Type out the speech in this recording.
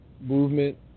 movement